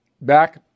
Back